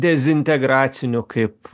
dezintegracinių kaip